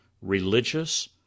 religious